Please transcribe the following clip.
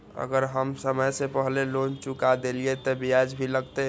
अगर हम समय से पहले लोन चुका देलीय ते ब्याज भी लगते?